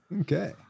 Okay